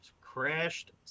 crashed